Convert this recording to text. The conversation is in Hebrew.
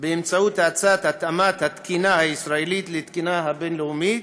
באמצעות האצת התאמת התקינה הישראלית לתקינה הבין-לאומית,